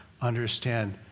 understand